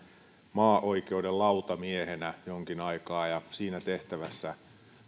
maaoikeuden lautamiehenä jonkin aikaa siinä tehtävässä